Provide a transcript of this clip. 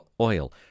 Oil